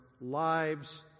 lives